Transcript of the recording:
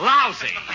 Lousy